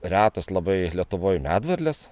retos labai lietuvoj medvarlės